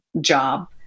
job